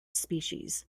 species